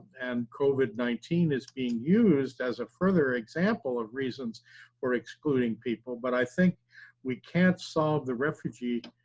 and covid nineteen is being used as a further example of reasons for excluding people. but i think we can't solve the refugee,